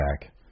back